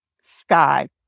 sky